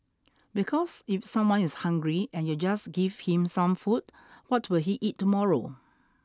because if someone is hungry and you just give him some food what will he eat tomorrow